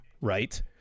right